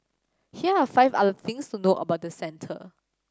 here are five other things to know about the centre